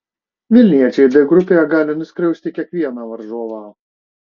vilniečiai d grupėje gali nuskriausti kiekvieną varžovą